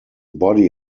body